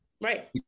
Right